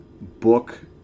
book